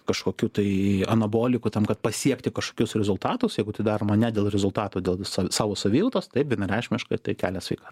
kažkokių tai anabolikų tam kad pasiekti kažkokius rezultatus jeigu tai daroma ne dėl rezultatų dėl visa savo savijautos taip vienareikšmiškai tai kelia sveikatą